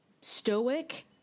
stoic